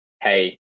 hey